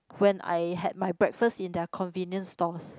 when I had my breakfast in their convenient stores